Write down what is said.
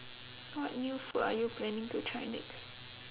what new food are you planning to try next